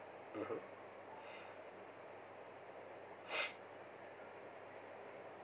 (uh huh)